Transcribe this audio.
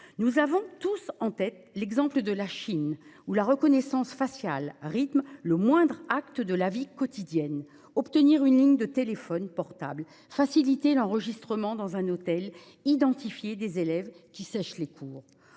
Nous avons tous en tête l'exemple de la Chine, où la reconnaissance faciale rythme le moindre acte de la vie quotidienne - obtenir une ligne de téléphone portable, faciliter l'enregistrement dans un hôtel, identifier des élèves qui sèchent les cours